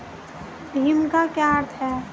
भीम का क्या अर्थ है?